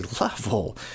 level